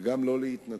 וגם לא להתנצחות.